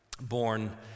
born